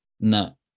no